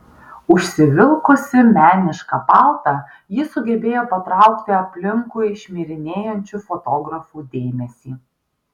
užsivilkusi menišką paltą ji sugebėjo patraukti aplinkui šmirinėjančių fotografų dėmesį